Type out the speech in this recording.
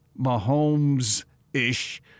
Mahomes-ish